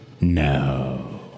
No